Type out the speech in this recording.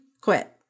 quit